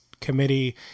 committee